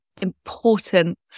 important